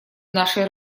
нашей